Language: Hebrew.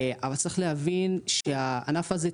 אבל צריך להבין שהענף הזה,